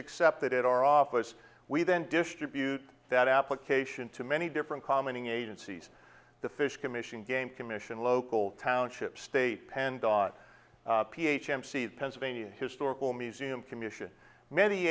accepted at our office we then distribute that application to many different commenting agencies the fish commission game commission local township state penn dog ph mc the pennsylvania historical museum commission many